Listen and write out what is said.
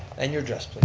and your address please.